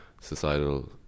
societal